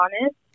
honest